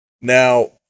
Now